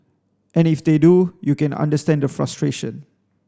and if they do you can understand the frustration